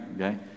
Okay